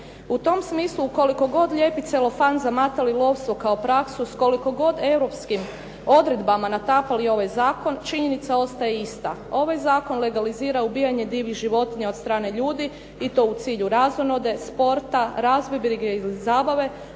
U tom smislu u koliko god lijepi celofan zamatali lovstvo kao praksu, s koliko god europskim odredbama natapali ovaj zakon činjenica ostaje ista. Ovaj zakon legalizira ubijanje divljih životinja od strane ljudi i to u cilju razonode, sporta, razbibrige ili zabave